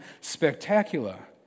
spectacular